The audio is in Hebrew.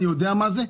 אני יודע מה זה.